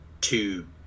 two